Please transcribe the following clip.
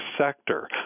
sector